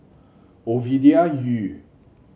Ovidia Yu